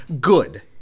good